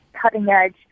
cutting-edge